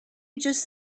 just